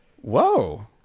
Whoa